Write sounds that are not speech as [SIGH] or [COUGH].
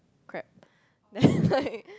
crap [LAUGHS] then like